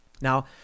Now